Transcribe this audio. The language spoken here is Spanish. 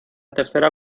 tercera